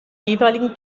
jeweiligen